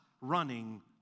running